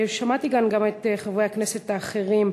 שמעתי כאן גם את חברי הכנסת האחרים,